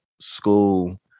school